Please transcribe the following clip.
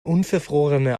unverfrorene